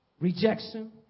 rejection